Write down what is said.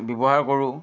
ব্যৱহাৰ কৰোঁ